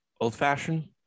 old-fashioned